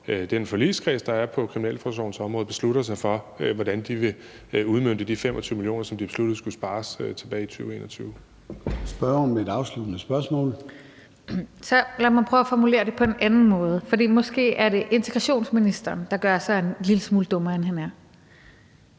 den forligskreds, der er på kriminalforsorgens område, beslutter sig for, hvordan de vil udmønte de 25 mio. kr., som de besluttede skulle spares tilbage i 2021. Kl. 13:44 Formanden (Søren Gade): Spørgeren med et afsluttende spørgsmål. Kl. 13:44 Rosa Lund (EL): Lad mig prøve at formulere det på en anden måde, for måske er det integrationsministeren, der gør sig en lille smule dummere, end han er.